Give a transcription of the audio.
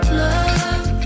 love